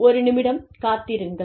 ஒரு நிமிடம் காத்திருங்கள்